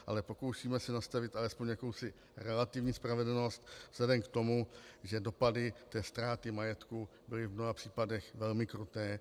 Ale pokoušíme se nastavit alespoň jakousi relativní spravedlnost vzhledem k tomu, že dopady té ztráty majetku byly v mnoha případech velmi kruté.